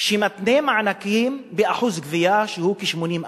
שמתנה מענקים באחוז גבייה שהוא כ-80%,